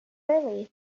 early